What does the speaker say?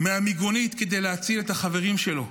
מהמיגונית כדי להציל את החברים שלו.